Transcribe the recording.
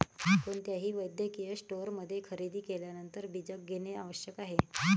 कोणत्याही वैद्यकीय स्टोअरमध्ये खरेदी केल्यानंतर बीजक घेणे आवश्यक आहे